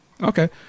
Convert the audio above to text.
Okay